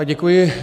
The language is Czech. Děkuji.